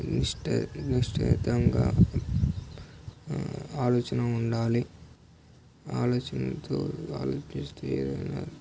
నిష్ఠ నిశ్నా శ్చేతంగా ఆలోచన ఉండాలి ఆలోచనతో ఆలోచిస్తే ఏదైనా